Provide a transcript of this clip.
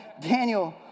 Daniel